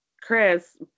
Chris